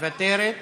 מוותרת,